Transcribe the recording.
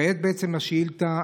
כעת השאילתה,